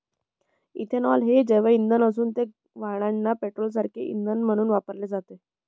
ethanol हे जैवइंधन असून ते वाहनांना पेट्रोलसारखे इंधन म्हणून वापरले जाते